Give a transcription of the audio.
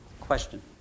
Question